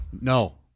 No